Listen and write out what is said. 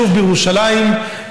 שוב בירושלים,